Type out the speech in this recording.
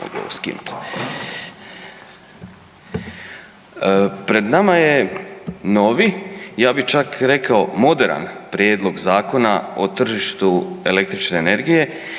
Pred nama je novi ja bi čak rekao moderan Prijedlog zakona o tržištu električne energije